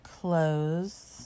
close